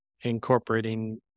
incorporating